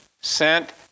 sent